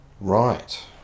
Right